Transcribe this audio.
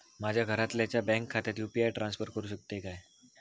माझ्या घरातल्याच्या बँक खात्यात यू.पी.आय ट्रान्स्फर करुक शकतय काय?